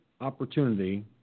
opportunity